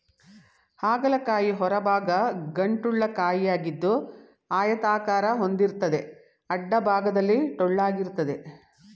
ಹಾಗಲ ಕಾಯಿ ಹೊರಭಾಗ ಗಂಟುಳ್ಳ ಕಾಯಿಯಾಗಿದ್ದು ಆಯತಾಕಾರ ಹೊಂದಿರ್ತದೆ ಅಡ್ಡಭಾಗದಲ್ಲಿ ಟೊಳ್ಳಾಗಿರ್ತದೆ